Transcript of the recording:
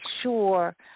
sure